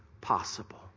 possible